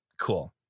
cool